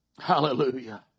hallelujah